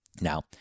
Now